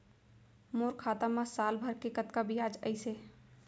मोर खाता मा साल भर के कतका बियाज अइसे?